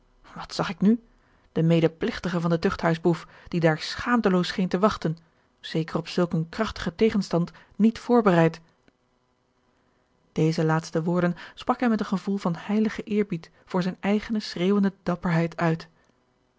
wat zag ik nu den medepligtige van den tuchthuisboef die daar schaamteloos scheen te wachten zeker op zulk een krachtigen tegenstand niet voorbereid deze laatste woorden sprak hij met een gevoel van heiligen eerbied voor zijne eigene schreeuwende dapperheid uit